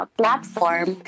platform